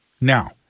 Now